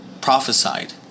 prophesied